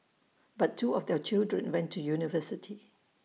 but two of their children went to university